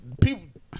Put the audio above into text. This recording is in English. people